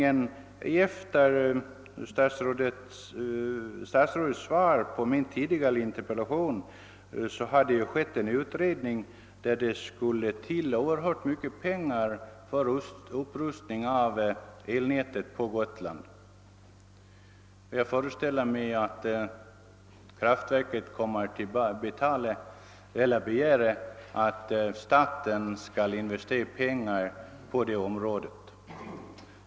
Efter statsrådets svar på min tidigare interpellation har det företagits en utredning, som visar att det skulle krävas oerhört mycket pengar för att upprusta Gotlands elnät. Jag föreställer mig att Kraftverket kommer att begära att staten skall investera på det här området.